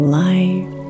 life